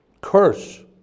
curse